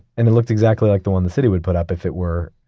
and it looked exactly like the one the city would put up if it were,